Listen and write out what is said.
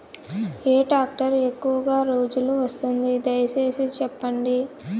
ఏ tractor ఎక్కువగా రోజులు వస్తుంది, దయసేసి చెప్పండి?